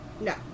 No